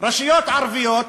רשויות ערביות,